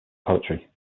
poetry